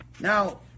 Now